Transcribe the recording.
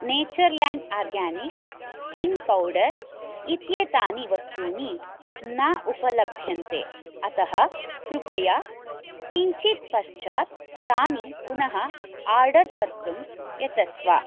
Natureland Organics hing powder इत्येतानि वस्तूनि न उपलभ्यन्ते अतः कृपया किञ्चिद्पश्चात् तानि पुनः आर्डर् कर्तुं यतस्व